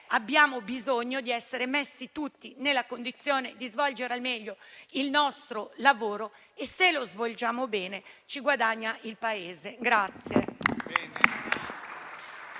abbiamo bisogno di essere messi tutti nella condizione di svolgere al meglio il nostro lavoro e se lo svolgiamo bene ci guadagna il Paese.